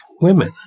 women